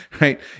right